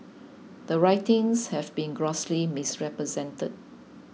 the writings have been grossly misrepresented